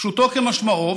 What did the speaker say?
פשוטו כמשמעותו,